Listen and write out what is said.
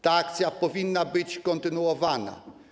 Ta akcja powinna być kontynuowana.